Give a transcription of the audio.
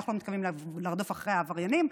אנחנו לא מתכוונים לרדוף אחרי עבריינים.